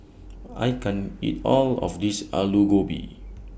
I can't eat All of This Alu Gobi